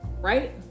right